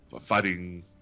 fighting